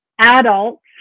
adults